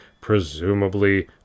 presumably